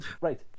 right